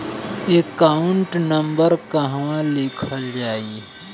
Account number कहवा लिखल जाइ?